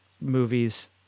movies